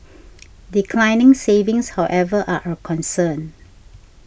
declining savings however are a concern